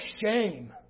shame